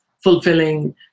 fulfilling